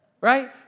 Right